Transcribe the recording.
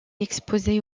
exposée